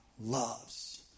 loves